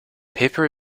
paper